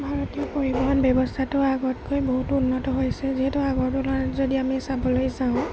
ভাৰতীয় পৰিৱহণ ব্যৱস্থাটো আগতকৈ বহুতো উন্নত হৈছে যিহেতু আগৰ তুলনাত যদি আমি চাবলৈ যাওঁ